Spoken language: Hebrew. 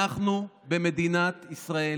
אנחנו במדינת ישראל,